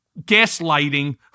gaslighting